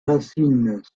racines